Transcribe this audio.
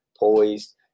poised